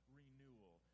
renewal